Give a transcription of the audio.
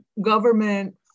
government